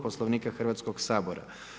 Poslovnika Hrvatskog sabora.